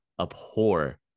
abhor